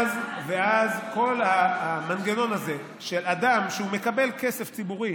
כל המנגנון הזה של אדם שמקבל כסף ציבורי